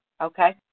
Okay